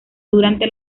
durante